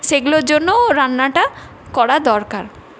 সেগুলোর জন্যও রান্নাটা করা দরকার